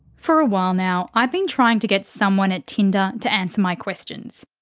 for a while now, i've been trying to get someone at tinder to answer my questions.